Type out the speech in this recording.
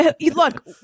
look